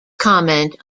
comment